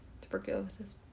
Tuberculosis